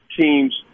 teams